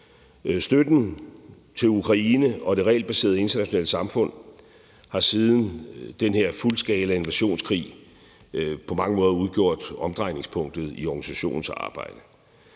Støtten til Ukraine og det regelbaserede internationale samfund har siden den her fuldskalainvasionskrig på mange måder udgjort omdrejningspunktet i organisationens arbejde.